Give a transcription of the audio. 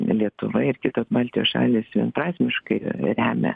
lietuva ir kitos baltijos šalys vienprasmiškai remia